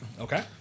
Okay